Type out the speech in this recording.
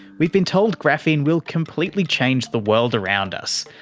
we've been told graphene will completely change the world around us,